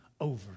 over